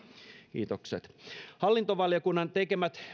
kiitokset hallintovaliokunnan tekemät